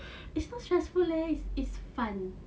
it's not stressful leh it's it's fun